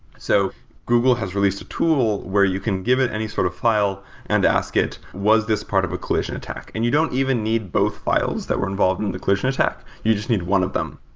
so google has released a tool where you can give it any sort of file and ask it, was this part of a collision attack? and you don't even need both files that were involved in the collision attack. you just need one of them.